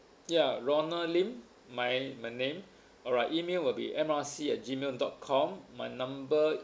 ya ronald lim my my name alright email will be M R C at gmail dot com my number